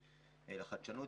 החדשנות,